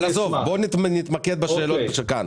אבל עזוב, בוא נתמקד בשאלות שלפיננו.